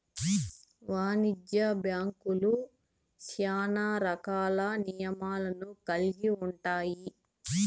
వాణిజ్య బ్యాంక్యులు శ్యానా రకాల నియమాలను కల్గి ఉంటాయి